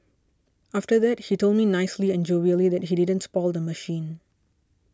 after that he told me nicely and jovially that he didn't spoil the machine